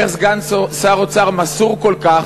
איך סגן שר אוצר מסור כל כך,